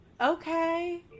okay